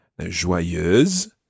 Joyeuse